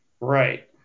Right